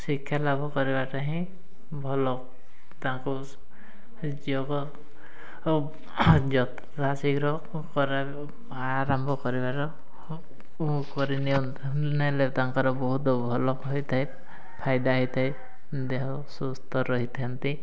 ଶିକ୍ଷା ଲାଭ କରିବାଟା ହିଁ ଭଲ ତାଙ୍କୁ ଯୋଗ ଯଥା ଶୀଘ୍ର ଆରମ୍ଭ କରିବାର କରି ନେଲେ ତାଙ୍କର ବହୁତ ଭଲ ହୋଇଥାଏ ଫାଇଦା ହେଇଥାଏ ଦେହ ସୁସ୍ଥ ରହିଥାନ୍ତି